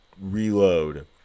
reload